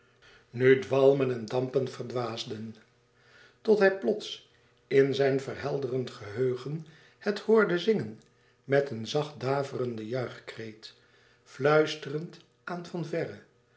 nu dwalmen en dampen verwaasden tot hij plots in zijn verhelderend geheugen het hoorde zingen met een zacht daverenden juichklank fluisterend aan van verre